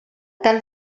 tal